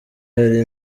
hari